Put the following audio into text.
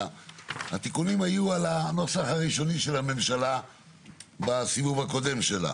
התיקונים היו על הנוסח הראשוני של הממשלה בסיבוב הקודם שלה.